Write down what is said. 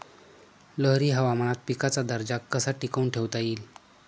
लहरी हवामानात पिकाचा दर्जा कसा टिकवून ठेवता येईल?